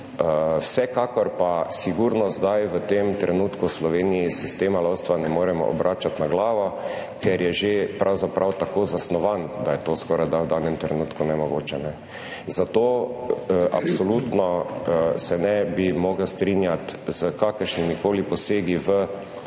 vsekakor pa sigurno zdaj v tem trenutku v Sloveniji sistema lovstva ne moremo obračati na glavo, ker je že pravzaprav tako zasnovan, da je to skorajda v danem trenutku nemogoče. Zato absolutno se ne bi mogel strinjati s kakršnimikoli posegi v obstoječa